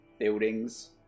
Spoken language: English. buildings